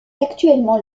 actuellement